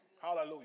Hallelujah